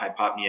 hypopnea